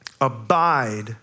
abide